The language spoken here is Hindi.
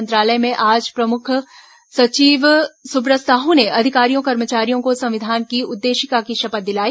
मंत्रालय में आज प्रमुख सचिव सुब्रत साहू ने अधिकारियों कर्मचारियों को संविधान की उद्देशिका की शपथ दिलाई